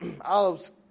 olives